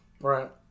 Right